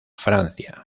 francia